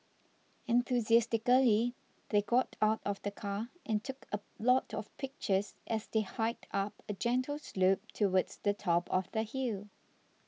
enthusiastically they got out of the car and took a lot of pictures as they hiked up a gentle slope towards the top of the hill